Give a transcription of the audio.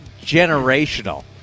generational